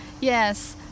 Yes